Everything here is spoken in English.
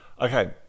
Okay